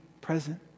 present